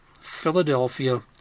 Philadelphia